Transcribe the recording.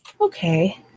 Okay